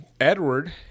Edward